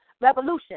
revolution